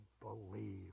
believe